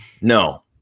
No